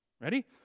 Ready